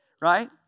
right